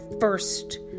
first